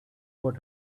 what